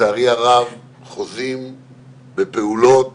חוזים בפעולות